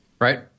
right